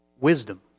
Wisdom